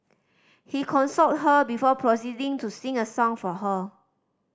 he consoled her before proceeding to sing a song for her